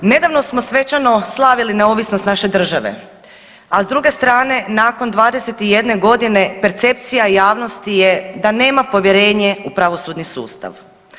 Nedavno smo svečano slavili neovisnost naše države a s druge strane, nakon 21 g. percepcija javnosti je da nema povjerenje u pravosudni sustav.